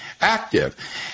active